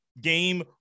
game